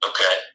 Okay